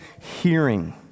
hearing